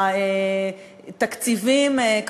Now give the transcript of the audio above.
התקציבים,